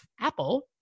Apple